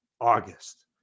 august